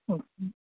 okay